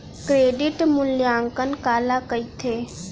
Credit मूल्यांकन काला कहिथे?